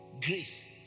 Grace